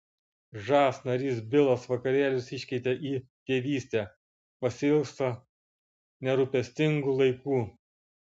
žas narys bilas vakarėlius iškeitė į tėvystę pasiilgsta nerūpestingų laikų